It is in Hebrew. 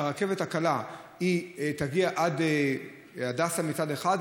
הרכבת הקלה תגיע מהדסה מצד אחד,